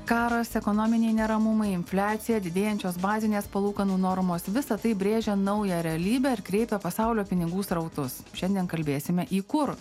karas ekonominiai neramumai infliacija didėjančios bazinės palūkanų normos visa tai brėžia naują realybę ir greito pasaulio pinigų srautus šiandien kalbėsime į kur